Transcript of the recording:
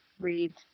read